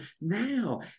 now